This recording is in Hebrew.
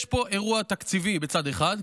יש פה אירוע תקציבי מצד אחד,